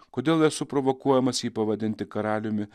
kodėl esu provokuojamas jį pavadinti karaliumi